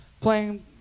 playing